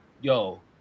Yo